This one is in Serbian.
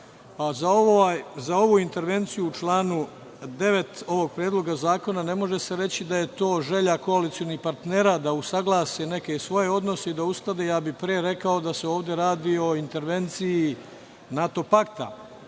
za ovu intervenciju u članu 9. ovog Predloga zakona ne može se reći da je to želja koalicionih partnera da usaglasi neke svoje odnose i uskladi. Pre bih rekao da se ovde radi o intervenciji NATO pakta.